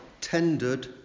tendered